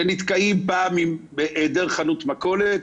שנתקעים פעם בהיעדר חנות מכולת,